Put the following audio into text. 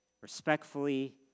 respectfully